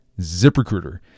ZipRecruiter